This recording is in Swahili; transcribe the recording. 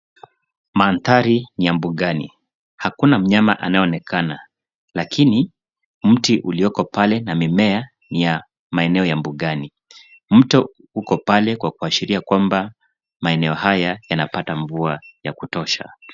Mandhari ni ya mbugani. Hakuna mnyama anayeonekana, lakini mti ulioko pale na mimea ni ya maeneo ya mbugani. Mto uko pale kwa kuashiria kwamba, maeneo haya yanapata mvua ya kutosha.